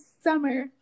summer